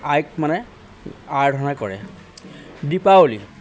আইক মানে আৰাধনা কৰে দীপাৱলী